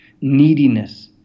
neediness